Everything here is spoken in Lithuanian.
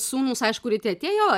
sūnūs aišku ryte atėjo